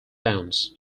downs